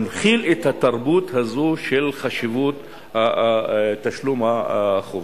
ינחיל את התרבות הזאת של חשיבות תשלום החובות.